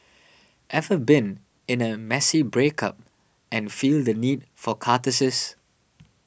ever been in a messy breakup and feel the need for catharsis